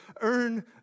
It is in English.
earn